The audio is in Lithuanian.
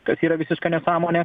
kas yra visiška nesąmonė